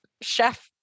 chef